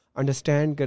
understand